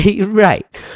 right